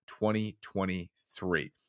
2023